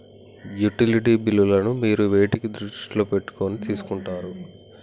Utility బిల్లులను మీరు వేటిని దృష్టిలో పెట్టుకొని తీసుకుంటారు?